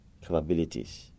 capabilities